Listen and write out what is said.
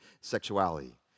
sexuality